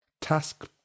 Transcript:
Task